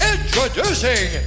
Introducing